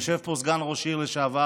יושב פה סגן ראש עיר לשעבר,